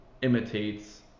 imitates